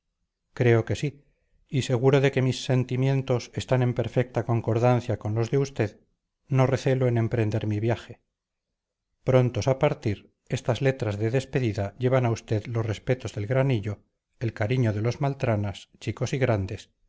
creo que sí y seguro de que mis sentimientos están en perfecta concordancia con los de usted no recelo en emprender mi viaje prontos a partir estas letras de despedida llevan a usted los respetos del gran hillo el cariño de los maltranas chicos y grandes